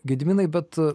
gediminai bet